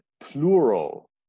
plural